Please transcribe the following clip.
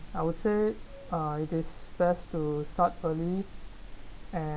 I would say uh it is best to start early and